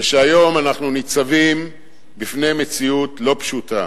והיום אנחנו ניצבים בפני מציאות לא פשוטה.